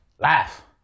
laugh